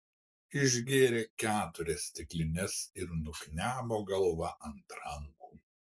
išgėrė keturias stiklines ir nuknebo galva ant rankų